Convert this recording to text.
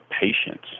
patience